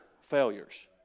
failures